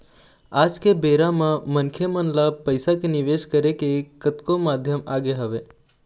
आज के बेरा म मनखे मन ल पइसा के निवेश करे के कतको माध्यम आगे हवय